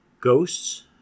Ghosts